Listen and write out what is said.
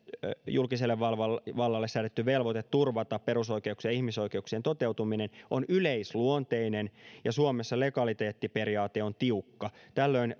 julkiselle vallalle vallalle säädetty velvoite turvata perusoikeuksien ja ihmisoikeuksien toteutuminen on yleisluonteinen ja suomessa legaliteettiperiaate on tiukka tällöin